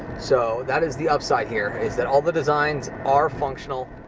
so, that is the upside here, is that all the designs are functional.